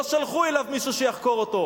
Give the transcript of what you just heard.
לא שלחו אליו מישהו שיחקור אותו.